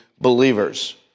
believers